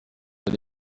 yari